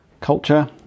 culture